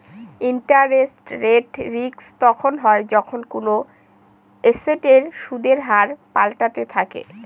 interest rate risk তখন হয় যখন কোনো এসেটের সুদের হার পাল্টাতে থাকে